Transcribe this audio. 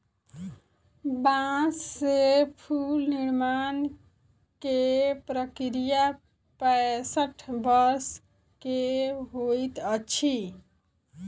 बांस से फूल निर्माण के प्रक्रिया पैसठ वर्ष के होइत अछि